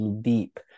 deep